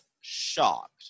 shocked